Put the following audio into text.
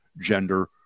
gender